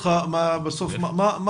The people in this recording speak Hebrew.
אז אני שואל אותך בסוף מה הגבולות?